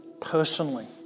personally